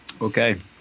Okay